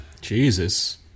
Jesus